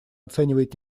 оценивает